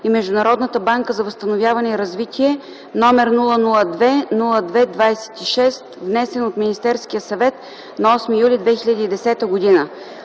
и Международната банка за възстановяване и развитие с № 002-02-26, внесен от Министерския съвет на 8 юли 2010 г.